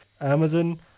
Amazon